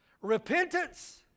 Repentance